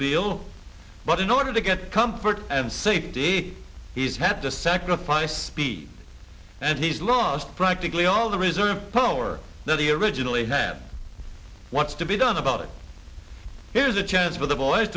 below but in order to at comfort and safety he's had to sacrifice speed and he's lost practically all the reserve powar know the original a hand what's to be done about it here's a chance for the boys